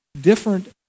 different